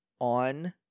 on